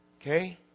Okay